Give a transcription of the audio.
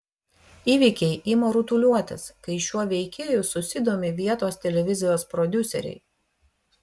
įvykiai ima rutuliotis kai šiuo veikėju susidomi vietos televizijos prodiuseriai